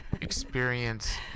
experience